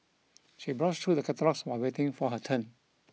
she browsed through the catalogues while waiting for her turn